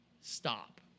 stop